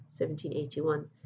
1781